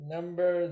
Number